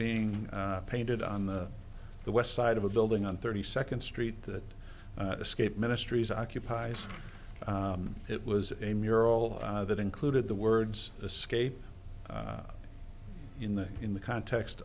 being painted on the the west side of a building on thirty second street that escape ministries occupies it was a mural that included the words escape in the in the context